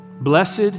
Blessed